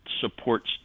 supports